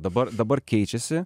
dabar dabar keičiasi